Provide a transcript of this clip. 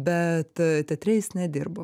bet teatre jis nedirbo